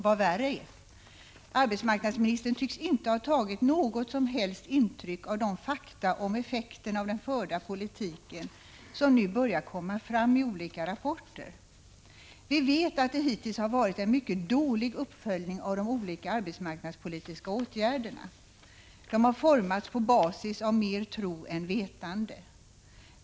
Vad värre är: Arbetsmarknadsministern tycks inte ha tagit något som helst intryck av de fakta om effekterna av den förda politiken som nu börjar publiceras i olika rapporter. Vi vet att det hittills förekommit en mycket dålig uppföljning av de arbetsmarknadspolitiska åtgärderna. De har formats på basis av mer tro än vetande.